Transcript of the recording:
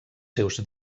seus